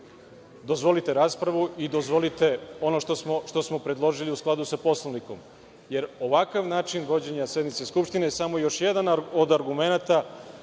dozvolite raspravu i dozvolite ono što smo predložili u skladu sa Poslovnikom, jer ovakav način vođenja sednice Skupštine je samo još jedan od argumenata